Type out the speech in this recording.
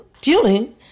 dealing